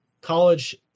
college